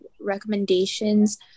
recommendations